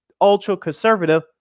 ultra-conservative